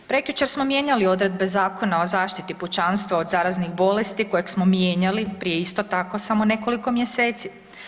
Prekjučer smo mijenjali odredbe Zakona o zaštiti pučanstava od zaraznih bolesti kojeg smo mijenjali prije isto tako samo nekoliko mjeseci.